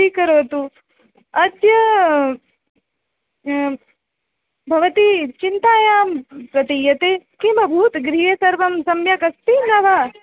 स्वीकरोतु अद्य भवती चिन्तायां प्रतीयते किम् अभूत् गृहे सर्वं सम्यक् अस्ति न वा